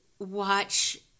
watch